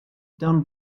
down